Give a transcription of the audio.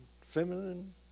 feminine